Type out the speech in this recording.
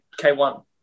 K1